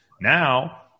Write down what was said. Now